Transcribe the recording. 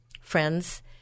friends